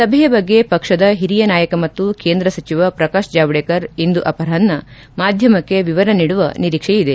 ಸಭೆಯ ಬಗ್ಗೆ ಪಕ್ಷದ ಹಿರಿಯ ನಾಯಕ ಮತ್ತು ಕೇಂದ್ರ ಸಚಿವ ಪ್ರಕಾಶ್ ಜಾವ್ನೇಕರ್ ಇಂದು ಮಧ್ಯಾಹ್ನ ಮಾಧ್ಯಮಕ್ಕೆ ವಿವರ ನೀಡುವ ನಿರೀಕ್ಷೆ ಇದೆ